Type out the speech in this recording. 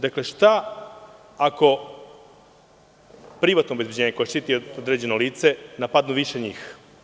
Dakle, šta ako privatno obezbeđenje, koje štiti određeno lice, napadne više njih?